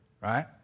right